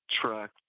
truck